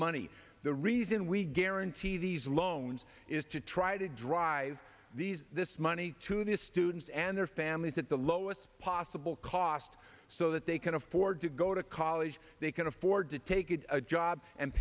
money the reason we guarantee these loans is to try to drive these this money to these students and their families at the lowest possible cost so that they can afford to go to college they can afford to take a job and